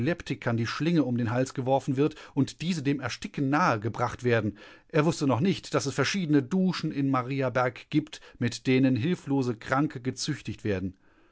die schlinge um den hals geworfen wird und diese dem ersticken nahe gebracht werden er wußte noch nicht daß es verschiedene duschen in mariaberg gibt mit denen hilflose kranke gezüchtigt werden